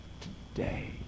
today